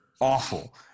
awful